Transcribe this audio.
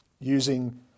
using